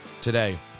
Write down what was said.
today